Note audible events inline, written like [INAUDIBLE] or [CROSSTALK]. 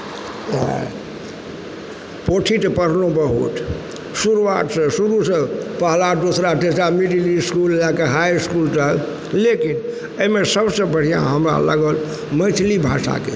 [UNINTELLIGIBLE] पोथी तऽ पढ़लहुँ बहुत शुरुआतसँ शुरूसँ पहिला दूसरा तेसरा मिडिल इसकुल लऽके हाइ इसकुल चाहय लेकिन अइमे सबसँ बढ़िआँ हमरा लागल मैथिली भाषाके